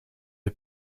est